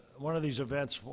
one of these events,